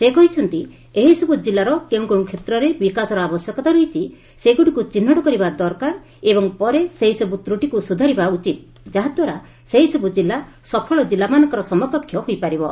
ସେ କହିଛନ୍ତି ଏହିସବୁ ଜିଲ୍ଲାର କେଉଁ କେଉଁ କ୍ଷେତ୍ରରେ ବିକାଶର ଆବଶ୍ୟକତା ରହିଛି ସେଗୁଡ଼ିକୁ ଚିହ୍ନଟ କରିବା ଦରକାର ଏବଂ ପରେ ସେହିସବୁ ତ୍ରୁଟିକୁ ସୁଧାରିବା ଉଚିତ ଯାହାଦ୍ୱାରା ସେହିସବୁ ଜିଲ୍ଲା ସଫଳ କିଲ୍ଲାମାନଙ୍କର ସମକକ୍ଷ ହୋଇପାରିବେ